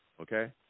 okay